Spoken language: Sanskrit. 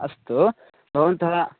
अस्तु भवन्तः